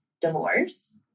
divorce